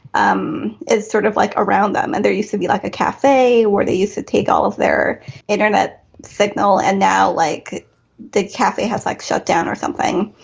um it's sort of like around them. and there used to be like a cafe where they used to take all of their internet signal and now like the cafe has like shut down or something.